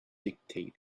dictate